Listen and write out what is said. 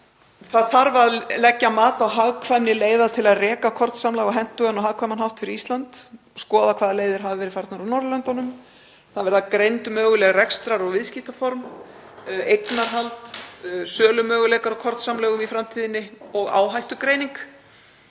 Það þarf að leggja mat á hagkvæmni leiða til að reka kornsamlag á hentugan og hagkvæman hátt fyrir Ísland og skoða hvaða leiðir hafa verið farnar á Norðurlöndunum. Það verða greind möguleg rekstrar- og viðskiptaform, eignarhald, sölumöguleikar kornsamlaga í framtíðinni og áhættugreining.